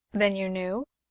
then you knew?